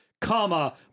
comma